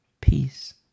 peace